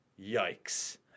Yikes